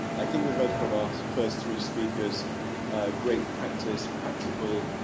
i think we heard from our first three speakers a great practice, practical,